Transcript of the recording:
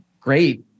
Great